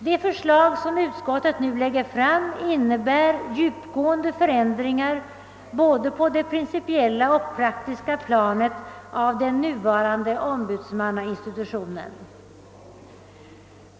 Det förslag som utskottsmajoriteten nu lägger fram innebär djupgående förändringar, på både det principiella och det praktiska planet, av den nuvarande ombudsmannainstitutionen.